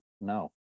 No